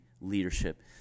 leadership